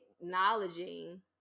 acknowledging